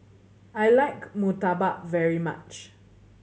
I like murtabak very much